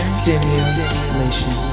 stimulation